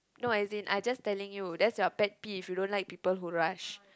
no as in I just telling that's your pet peeve you don't like people who rush